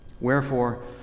Wherefore